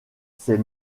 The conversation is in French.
c’est